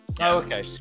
okay